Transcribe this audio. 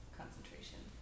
concentration